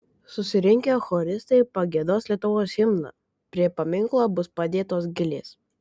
susirinkę choristai pagiedos lietuvos himną prie paminklo bus padėtos gėlės